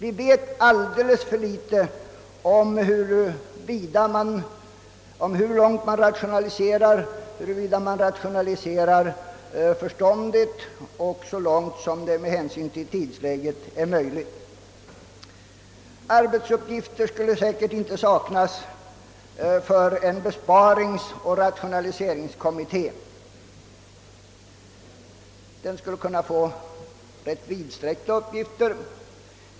Vi vet alldeles för litet om hur mycket det rationaliseras och om det rationaliseras förståndigt och med hänsyn till vad i tidsläget är möjligt. Arbetsuppgifter skulle säkert inte saknas för en besparingsoch = rationaliseringskommitté. Den skulle kunna få rätt vidsträckta uppgifter.